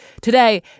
Today